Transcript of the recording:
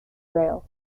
rail